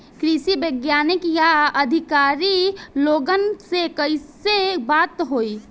कृषि वैज्ञानिक या अधिकारी लोगन से कैसे बात होई?